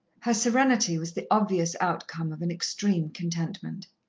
her serenity was the obvious outcome of an extreme contentment.